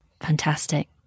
Fantastic